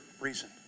reason